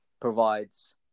provides